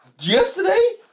Yesterday